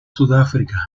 sudáfrica